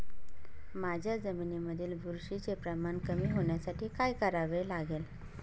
माझ्या जमिनीमधील बुरशीचे प्रमाण कमी होण्यासाठी काय करावे लागेल?